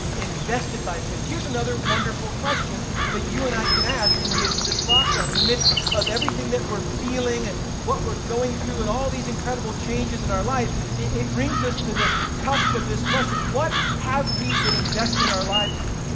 invested by faith. here's another wonderful question that you and i can ask in the midst of this lockdown. in the midst of everything that we're feeling and what we're going through and all these incredible changes in our life, it it brings us to the cusp of this question what have we been investing our lives in?